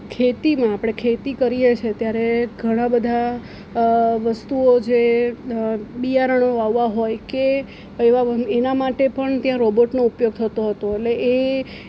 ખેતીમાં આપણે ખેતી કરીએ છીએ ત્યારે ઘણાં બધા વસ્તુઓ જે બિયારણો વાવવાં હોય કે એવાં એનાં માટે પણ ત્યાં રોબોટનો ઉપયોગ થતો હતો એટલે એ